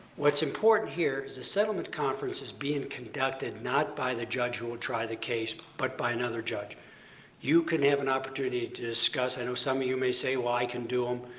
what's important here is the settlement conference is being conducted not by the judge who will try the case but by another judge you can have an opportunity to discuss. i know some of you may say, well, i can do them.